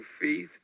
faith